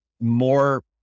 more